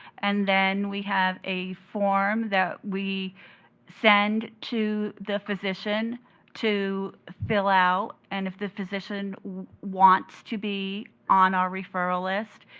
and then we have a form that we send to the physician to fill out. and if the physician wants to be on our referral list,